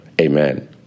Amen